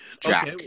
Jack